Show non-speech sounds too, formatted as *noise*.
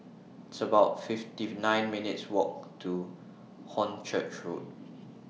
It's about *unintelligible* nine minutes' Walk to Hornchurch Road